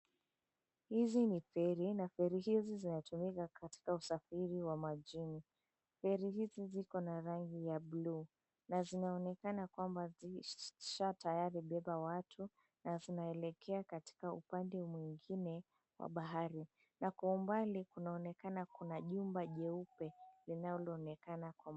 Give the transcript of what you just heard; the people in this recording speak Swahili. Hizi ni ferry na ferry hizi zinatumika katika usafiri wa majini. ferry hizi ziko na rangi ya buluu na zinaonekana kwamba zisha tayari zishabeba watu na zinaelekea katika upande mwingine wa bahari na kwa umbali kunaonekana kuna jumba jeupe linaloonekana.